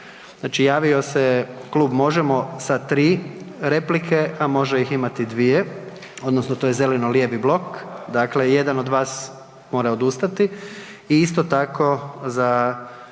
Znači javio se Klub Možemo sa 3 replike, a može ih imati 2, odnosno to je zeleno-lijevi blok, dakle jedan od vas mora odustati i isto tako za